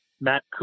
Matt